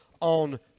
on